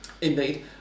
Indeed